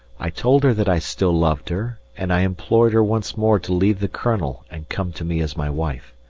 i told her that i still loved her, and i implored her once more to leave the colonel and come to me as my wife.